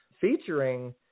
featuring